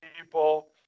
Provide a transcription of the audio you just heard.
people